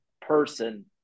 person